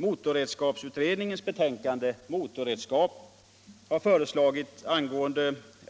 Motorredskapsutredningens betänkande Motorredskap har föreslagit att